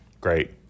Great